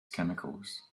chemicals